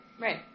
right